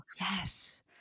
Yes